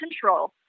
control